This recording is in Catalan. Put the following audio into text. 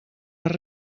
per